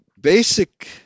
basic